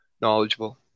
knowledgeable